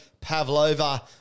Pavlova